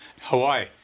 Hawaii